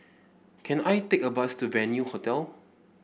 can I take a bus to Venue Hotel